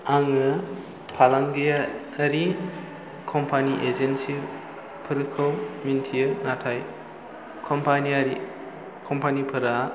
आङो फालांगियारि कम्पानि एजेन्सिफोरखौ मिन्थियो नाथाय कम्पानियारि कम्पानिफोरा